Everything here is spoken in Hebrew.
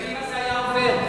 בקדימה זה היה עובד.